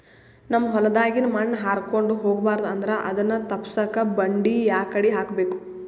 ನಮ್ ಹೊಲದಾಗಿನ ಮಣ್ ಹಾರ್ಕೊಂಡು ಹೋಗಬಾರದು ಅಂದ್ರ ಅದನ್ನ ತಪ್ಪುಸಕ್ಕ ಬಂಡಿ ಯಾಕಡಿ ಹಾಕಬೇಕು?